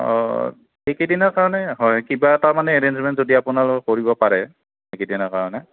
অঁ সেইকেইদিনৰ কাৰণে হয় কিবা এটা মানে এৰেঞ্জমেণ্ট যদি আপোনালোকে কৰিব পাৰে এইকেইদিনৰ কাৰণে